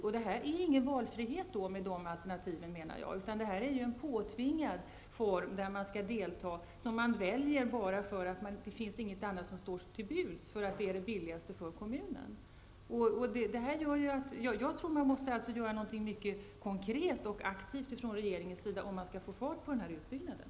Dessa alternativ är därför enligt min uppfattning ingen valfrihet, utan det är något påtvingat, som man väljer bara därför att inget annat står till buds och därför att det är det billigaste alternativet för kommunen. Jag menar därför att regeringen måste göra något mycket konkret och aktivt om man skall få fart på utbyggnaden.